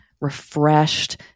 refreshed